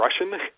Russian